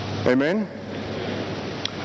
Amen